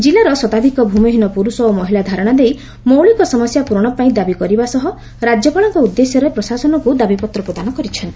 କିଲ୍ଲାର ଶତାଧ୍କ ଭ୍ମିହୀନ ପୁରୁଷ ଓ ମହିଳା ଧାରଶା ଦେଇ ମୌଳିକ ସମସ୍ୟା ପୂରଣ ପାଇଁ ଦାବି କରିବା ସହ ରାଜ୍ୟପାଳଙ୍କ ଉଦ୍ଦେଶ୍ୟରେ ପ୍ରଶାସନକୁ ଦାବିପତ୍ର ପ୍ରଦାନ କରିଛନ୍ତି